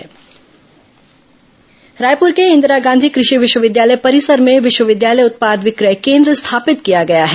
उत्पाद विक्रय केन्द्र रायपुर के इंदिरा गांधी कृषि विश्वविद्यालय परिसर में विश्वविद्यालय उत्पाद विक्रय केन्द्र स्थापित किया गया है